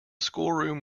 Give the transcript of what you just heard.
schoolroom